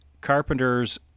Carpenter's